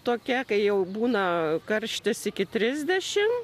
tokia kai jau būna karštis iki trisdešimt